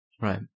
Right